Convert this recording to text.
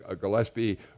Gillespie